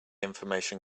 information